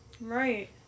Right